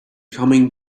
coming